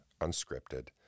unscripted